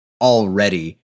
already